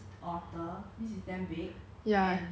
一百个 otter-sized horses